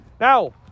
Now